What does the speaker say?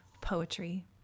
poetry